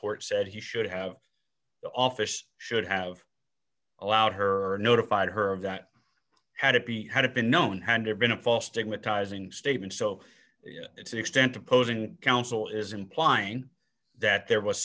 court said he should have the office should have allowed her or notified her of that had to be had it been known handed been a false stigmatizing statement so it's an extent opposing counsel is implying that there was